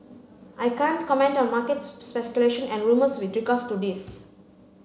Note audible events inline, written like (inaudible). I can't comment on market (unintelligible) speculation and rumours with regards to this